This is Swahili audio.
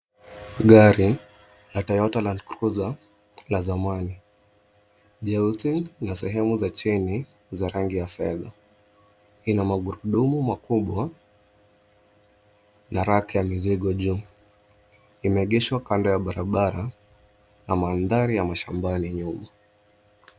Gari la Toyota Landcruiser la zamani. Nyeusi na sehemu za chini ni za rangi ya fedha. Ina magurudumu makubwa na rack ya mizigo juu. Imeegeshwa kando ya barabara, na mandhari ya mashambani nyuma.